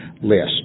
list